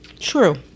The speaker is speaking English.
True